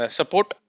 support